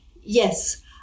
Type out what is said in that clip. Yes